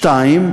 דבר שני,